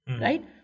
Right